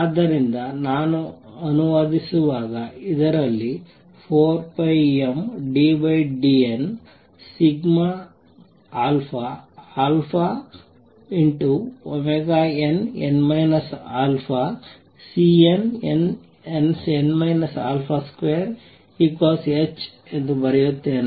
ಆದ್ದರಿಂದ ನಾನು ಅನುವಾದಿಸಿದಾಗ ಇದರಲ್ಲಿ 2πmddnnn α|Cnn α |2hಬರೆಯುತ್ತೇನೆ